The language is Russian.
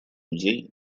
людей